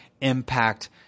impact